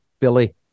Billy